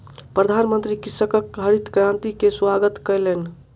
प्रधानमंत्री कृषकक हरित क्रांति के स्वागत कयलैन